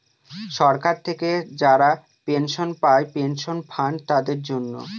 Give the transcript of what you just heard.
সরকার থেকে যারা পেনশন পায় পেনশন ফান্ড তাদের জন্য